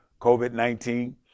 COVID-19